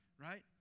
right